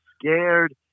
scared